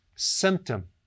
symptom